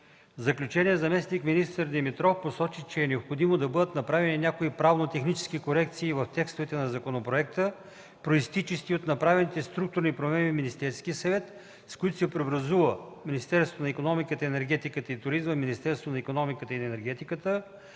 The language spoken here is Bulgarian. заключение заместник-министър Димитров посочи, че е необходимо да бъдат направени някои правно-технически корекции в текстовете на законопроекта, произтичащи от направените структурни промени в Министерския съвет, с които се преобразува Министерството на икономиката, енергетиката и туризма в Министерство на икономиката и енергетиката,